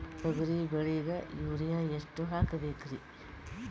ತೊಗರಿ ಬೆಳಿಗ ಯೂರಿಯಎಷ್ಟು ಹಾಕಬೇಕರಿ?